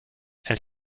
elle